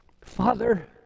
Father